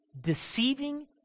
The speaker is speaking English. deceiving